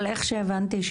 אבל ממה שהבנתי,